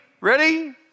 Ready